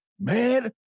man